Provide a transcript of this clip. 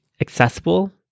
accessible